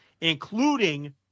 including